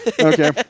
okay